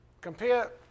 Compare